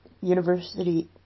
University